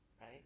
Right